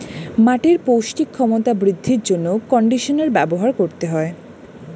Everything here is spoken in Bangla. মাটির পৌষ্টিক ক্ষমতা বৃদ্ধির জন্য কন্ডিশনার ব্যবহার করতে হয়